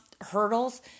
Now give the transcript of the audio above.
hurdles